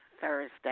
Thursday